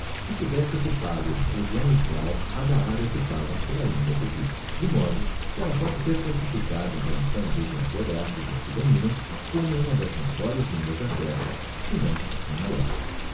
que tivesse occupado uma região egual á da área occupada pela lingua tupy de modo que ella pôde ser classificada em relação á região geographica em que dominam como uma das maiores línguas da trra senão a maior